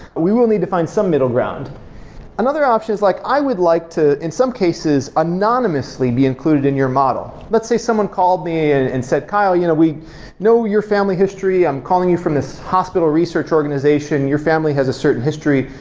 we will need to find some middle-ground another option is like i would like to in some cases anonymously be included in your model. let's say someone called me and and said, kyle, you know we know your family history. i'm calling you from this hospital research organization. your family has a certain history.